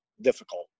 difficult